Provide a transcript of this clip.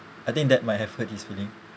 I think that might have hurt his feeling